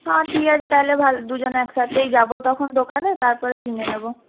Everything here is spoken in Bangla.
হ্যাঁ ঠিক আছে তাহলে ভালো দুজনে একসাথেই যাব তখন দোকানে তারপরে কিনে নেব